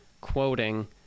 quoting